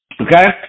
okay